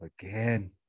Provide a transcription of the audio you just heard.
Again